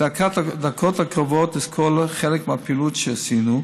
בדקות הקרובות אסקור חלק מהפעילות שעשינו,